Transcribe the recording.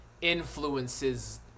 influences